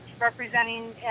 representing